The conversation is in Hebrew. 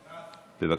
בבקשה.